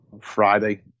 Friday